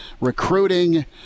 Recruiting